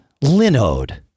Linode